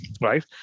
right